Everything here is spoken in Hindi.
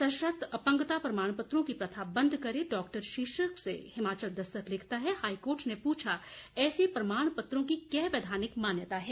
सशर्त अपंगता प्रमाणपत्रों की प्रथा बंद करें डॉक्टर शीर्षक से हिमाचल दस्तक लिखता है हाई कोर्ट ने पूछा ऐसे प्रमाणपत्रों की क्या वैधानिक मान्यता है